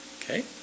Okay